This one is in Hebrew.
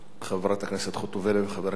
חברת הכנסת חוטובלי וחבר הכנסת אלדד,